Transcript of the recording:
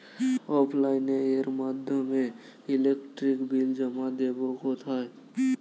অফলাইনে এর মাধ্যমে ইলেকট্রিক বিল জমা দেবো কোথায়?